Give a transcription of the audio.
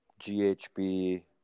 GHB